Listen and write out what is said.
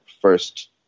first